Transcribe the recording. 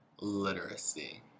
literacy